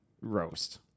roast